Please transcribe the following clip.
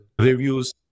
reviews